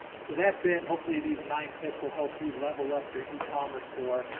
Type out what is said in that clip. so that's it, hopefully these nine tips will help you level up your ecommerce store,